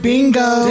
Bingo